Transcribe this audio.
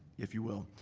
if you will.